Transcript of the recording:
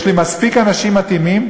יש לי מספיק אנשים מתאימים,